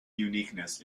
uniqueness